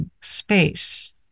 space